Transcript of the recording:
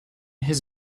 his